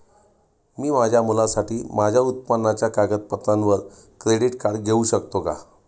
मी माझ्या मुलासाठी माझ्या उत्पन्नाच्या कागदपत्रांवर क्रेडिट कार्ड घेऊ शकतो का?